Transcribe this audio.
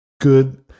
good